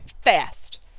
fast